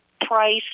price